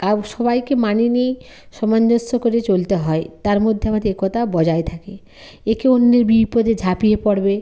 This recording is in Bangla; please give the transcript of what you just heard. কারণ সবাইকে মানিয়ে নিই সমঞ্জস্য করে চলতে হয় তার মধ্যে আমাদের একতা বজায় থাকে একে অন্যের বিপদে ঝাঁপিয়ে পড়বে